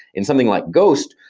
in something like ghost,